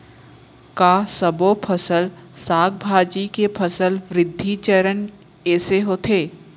का सबो फसल, साग भाजी के फसल वृद्धि चरण ऐके होथे?